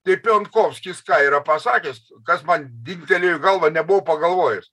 tai pionkofskis ką yra pasakęs kas man dingtelėjo į galvą nebuvau pagalvojęs